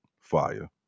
fire